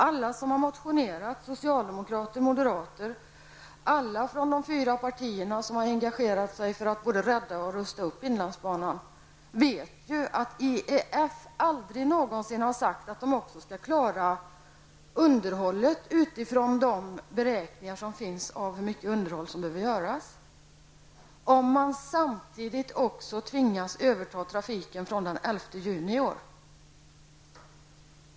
Alla som har motionerat, socialdemokrater och moderater, ja, alla från de fyra partierna som har engagerat sig när det gäller att både rädda och rusta upp inlandsbanan vet att man från IEF aldrig någonsin har sagt att man också skall klara underhållet utifrån de beräkningar som finns av hur mycket underhåll som behövs om man samtidigt tvingas överta trafiken från den 11 juni i år.